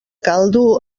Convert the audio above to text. caldo